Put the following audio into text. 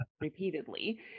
repeatedly